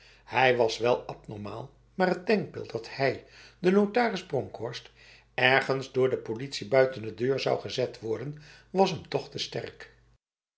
hij was wel abnormaal maar het denkbeeld dat hij de notaris bronkhorst ergens door de politie buiten de deur zou gezet worden was hem toch te sterk